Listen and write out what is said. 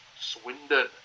Swindon